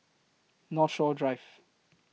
Northshore Drive